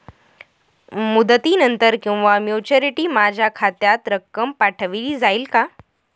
मुदतीनंतर किंवा मॅच्युरिटी माझ्या खात्यात रक्कम पाठवली जाईल का?